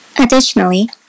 Additionally